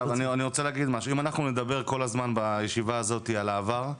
אם אנחנו נדבר כל הזמן בישיבה הזאת על העבר,